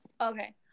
Okay